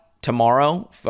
tomorrow